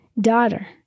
daughter